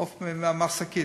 עוף מהשקית,